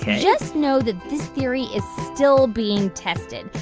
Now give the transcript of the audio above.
just know that this theory is still being tested.